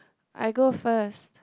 I go first